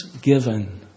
given